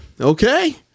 Okay